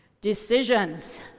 Decisions